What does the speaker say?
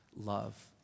love